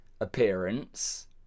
appearance